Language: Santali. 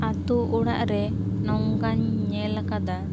ᱟᱛᱳ ᱚᱲᱟᱜ ᱨᱮ ᱱᱚᱝᱠᱟᱧ ᱧᱮᱞ ᱟᱠᱟᱫᱟ